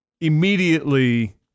immediately